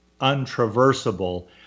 untraversable